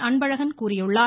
அன்பழகன் கூறியுள்ளார்